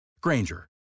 Granger